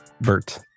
Bert